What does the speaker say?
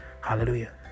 Hallelujah